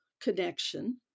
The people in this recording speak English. connection